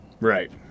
right